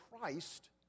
Christ